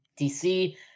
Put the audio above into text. dc